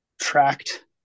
tracked